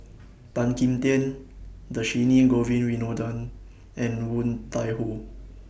Tan Kim Tian Dhershini Govin Winodan and Woon Tai Ho